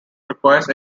requires